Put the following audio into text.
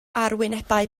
arwynebau